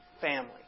family